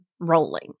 rolling